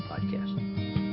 podcast